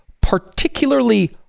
particularly